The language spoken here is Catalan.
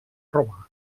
roma